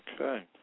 Okay